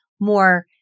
more